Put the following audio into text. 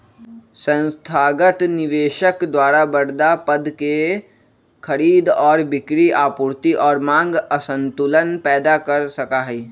संस्थागत निवेशक द्वारा बडड़ा पद के खरीद और बिक्री आपूर्ति और मांग असंतुलन पैदा कर सका हई